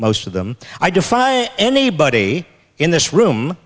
most of them i defy anybody in this room